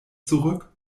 zurück